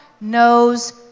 knows